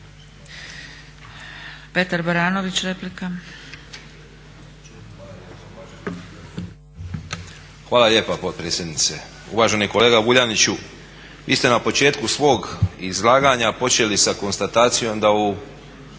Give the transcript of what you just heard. Petar Baranović, replika.